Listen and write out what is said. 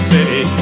City